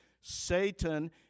Satan